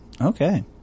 Okay